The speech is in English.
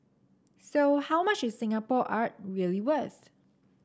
so how much is Singapore art really worth